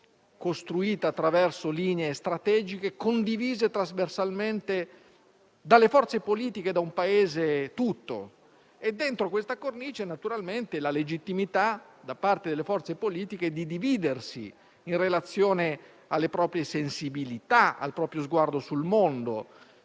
costruita attraverso linee strategiche condivise trasversalmente dalle forze politiche e dall'intero Paese. Dentro questa cornice, naturalmente, rientra la legittimità, da parte delle forze politiche, di dividersi in relazione alle proprie sensibilità e al proprio sguardo sul mondo.